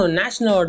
national